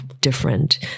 different